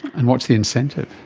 and what's the incentive?